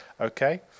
okay